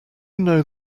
know